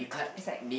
it's like